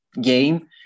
game